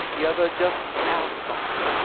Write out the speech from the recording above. the other just outside.